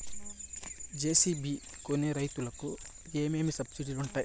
JCB కొనేకి రైతుకు ఏమేమి సబ్సిడి లు వుంటాయి?